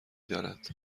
دارد